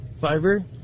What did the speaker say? Fiber